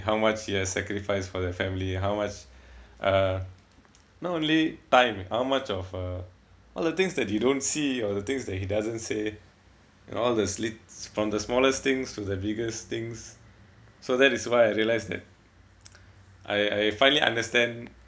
how much he has sacrificed for the family how was uh not only time how much of uh all the things that you don't see or the things that he doesn't say and all the slits~ from the smallest things to the biggest things so that is why I realise that I I finally understand